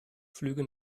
flüge